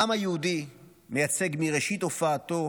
העם היהודי מייצג מראשית הופעתו